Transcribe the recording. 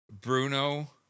Bruno